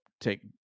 take